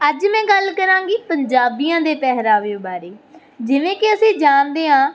ਅੱਜ ਮੈਂ ਗੱਲ ਕਰਾਂਗੀ ਪੰਜਾਬੀਆਂ ਦੇ ਪਹਿਰਾਵੇ ਬਾਰੇ ਜਿਵੇਂ ਕਿ ਅਸੀਂ ਜਾਣਦੇ ਹਾਂ